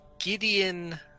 Gideon